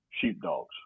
sheepdogs